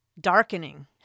darkening